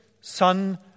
son